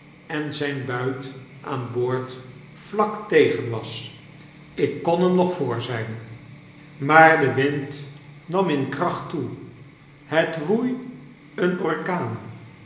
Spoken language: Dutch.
en zyn buit aan boord vlak tegen was ik kon hem nog voor zjjn f maar de wind nam in kracht toe het woei een orkaan